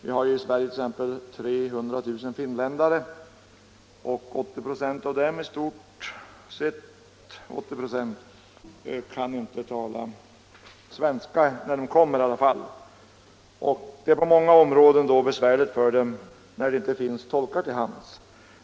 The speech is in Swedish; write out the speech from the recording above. I Sverige finns nu 300 000 finländare, och ungefär 80 96 kan inte tala svenska, i varje fall inte när de kommer hit. På många områden är det då besvärligt för dem när det inte finns tolkar till hands.